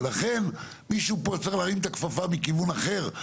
ולכן מישהו פה צריך להרים את הכפפה מכיוון אחר.